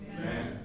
Amen